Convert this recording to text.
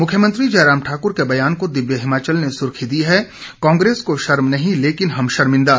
मुख्यमंत्री जयराम ठाक़्र के बयान को दिव्य हिमाचल ने सुर्खी दी है कांग्रेस को शर्म नहीं लेकिन हम शर्मिंदा